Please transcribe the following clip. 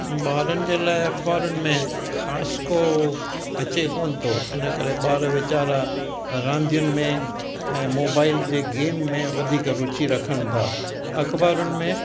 ॿारनि जे लाइ अख़बारुनि में ख़ासि को अचे कोन थो इन करे ॿार वेचारा रांदियुनि में ऐं मोबाइल जे गेम में वधीक रुची रखनि था अख़बारुनि में